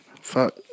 fuck